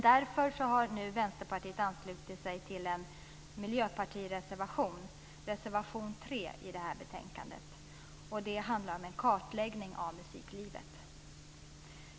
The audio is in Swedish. Därför har Vänsterpartiet nu anslutit sig till en miljöpartireservation, reservation 3 i betänkandet. Det handlar om en kartläggning av musiklivet.